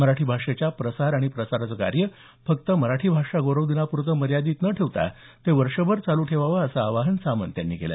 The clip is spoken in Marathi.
मराठी भाषेच्या प्रसार आणि प्रचाराचं कार्य फक्त मराठी भाषा गौरव दिनाप्रते मर्यादित न ठेवता ते वर्षभर चालू ठेवावं असं आवाहन सामंत यांनी केलं